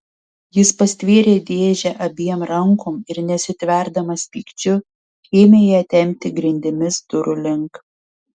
jis pastvėrė dėžę abiem rankom ir nesitverdamas pykčiu ėmė ją tempti grindimis durų link